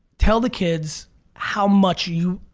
tell the kids how much you,